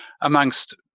amongst